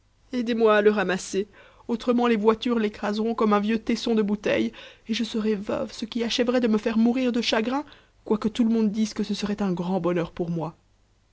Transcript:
aidez-moi à le ramasser autrement les voitures l'écraseront comme un vieux tesson de bouteille et je serai veuve ce qui achèverait de me faire mourir de chagrin quoique tout le monde dise que ce serait un grand bonheur pour moi